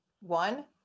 One